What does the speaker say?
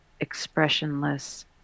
expressionless